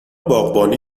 باغبانی